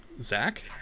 Zach